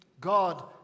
God